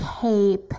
cape